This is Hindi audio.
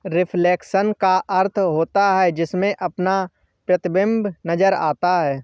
रिफ्लेक्शन का अर्थ होता है जिसमें अपना प्रतिबिंब नजर आता है